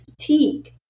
fatigue